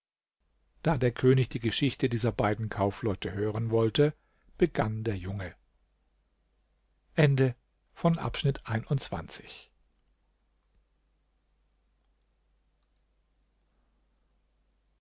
da der könig die geschichte dieser beiden kaufleute hören wollte begann der junge